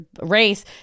race